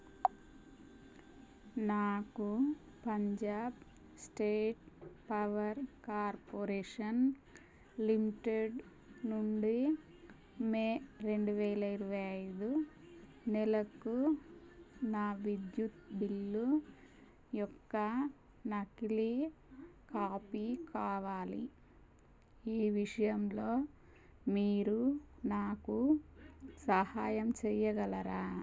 నాకు Punjab State Power Corporation Limited నుండి May రెండు వేల ఇరవై ఐదు నెలకు నా విద్యుత్ బిల్లు యొక్క నకిలీ కాపీ కావాలి ఈ విషయంలో మీరు నాకు సహాయం చెయ్యగలరా